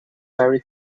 very